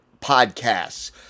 podcasts